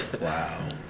Wow